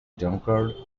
drunkard